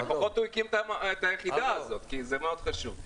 לפחות הוא הקים את היחידה הזאת כי זה מאוד חשוב.